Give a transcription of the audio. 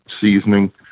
seasoning